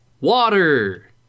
water